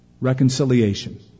Reconciliation